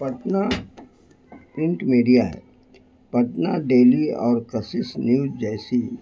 Patna print media ہے Patna daily اور Kashish news جیسی